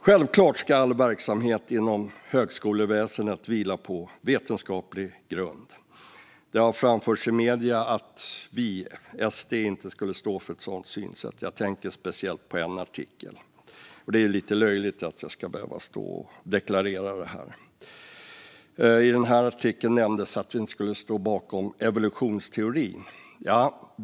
Självklart ska all verksamhet inom högskoleväsendet vila på vetenskaplig grund. Det har framförts i medierna att vi, SD, inte skulle stå för ett sådant synsätt. Jag tänker speciellt på en artikel. Och det är lite löjligt att jag ska behöva stå här och deklarera det. I denna artikel nämndes att vi inte skulle stå bakom evolutionsteorin.